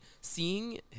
seeing